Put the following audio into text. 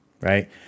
right